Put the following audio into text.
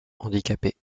handicapée